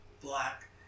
black